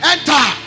Enter